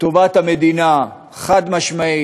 טובת המדינה, חד-משמעית,